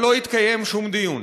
אבל לא התקיים שום דיון.